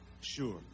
Sure